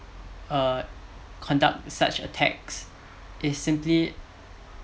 uh conduct such attacks is simply